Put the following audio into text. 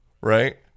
Right